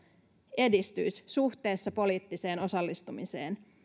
edistyisi suhteessa poliittiseen osallistumiseen